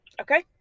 Okay